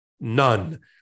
none